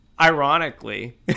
Ironically